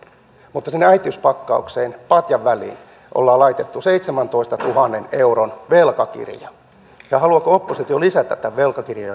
mutta sinne äitiyspakkaukseen patjan väliin on laitettu seitsemäntoistatuhannen euron velkakirja ja haluaako oppositio lisätä tämän velkakirjan